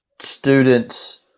students